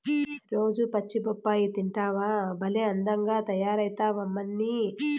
రోజూ పచ్చి బొప్పాయి తింటివా భలే అందంగా తయారైతమ్మన్నీ